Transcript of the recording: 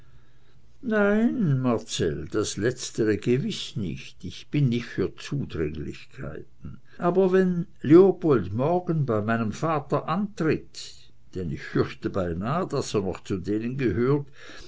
nein marcell das letztere gewiß nicht ich bin nicht für zudringlichkeiten aber wenn leopold morgen bei meinem vater antritt denn ich fürchte beinah daß er noch zu denen gehört